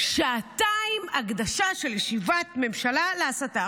שעתיים, הקדשה של ישיבת ממשלה להסתה.